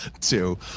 two